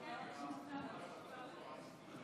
הצעת סיעת הרשימה המשותפת להביע